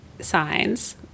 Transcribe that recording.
signs